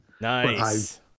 nice